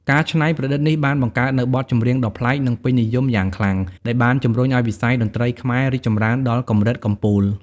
ការច្នៃប្រឌិតនេះបានបង្កើតនូវបទចម្រៀងដ៏ប្លែក និងពេញនិយមយ៉ាងខ្លាំង ដែលបានជំរុញឱ្យវិស័យតន្ត្រីខ្មែររីកចម្រើនដល់កម្រិតកំពូល ។